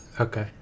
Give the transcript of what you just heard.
Okay